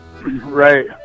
Right